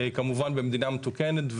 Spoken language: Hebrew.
כמובן במדינה מתוקנת.